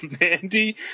Mandy